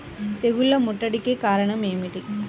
తెగుళ్ల ముట్టడికి కారణం ఏమిటి?